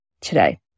today